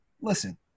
listen